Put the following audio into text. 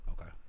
Okay